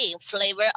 flavor